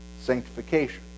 sanctification